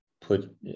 put